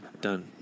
done